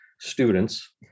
students